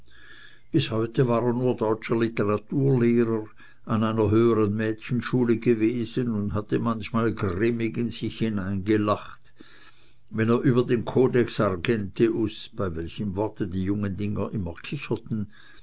bis heute war er nur deutscher literaturlehrer an einer höheren mädchenschule gewesen und hatte manchmal grimmig in sich hineingelacht wenn er über den codex argenteus bei welchem worte die jungen dinger immer kicherten